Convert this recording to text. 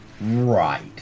Right